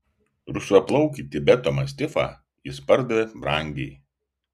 rusvaplaukį tibeto mastifą jis pardavė brangiai